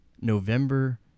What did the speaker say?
November